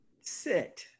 Sit